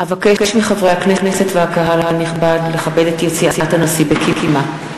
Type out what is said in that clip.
אבקש מחברי הכנסת והקהל הנכבד לכבד את יציאת הנשיא בקימה.